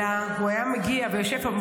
אלא הוא היה מגיע ויושב פה,